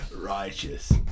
righteous